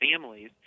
families